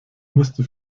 müsste